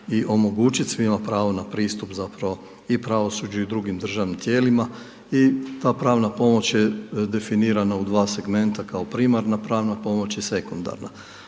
i omogućiti svima pravo na pristup zapravo i pravosuđu i drugim državnim tijelima i ta pravna pomoć je definirana u dva segmenta kao primarna pomoć i sekundarna.